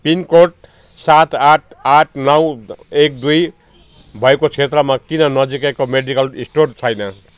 pin code सात आठ आठ नौ एक दुई भएको क्षेत्रमा किन नजिकैको मेडिकल स्टोर छैन